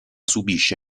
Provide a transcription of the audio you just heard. subisce